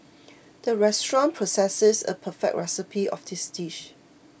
the restaurant possesses a perfect recipe of this dish